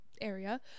area